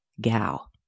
gal